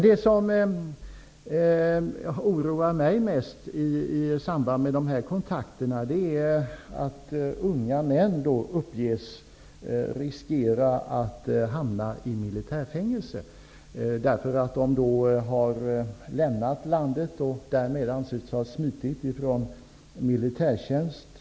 Det som oroar mig mest är att unga män uppges riskera att hamna i militärfängelse därför att de har lämnat landet och därmed anses ha smitit från militärtjänst.